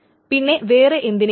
പിന്നെ വേറെ എന്തിനേയെങ്കിലും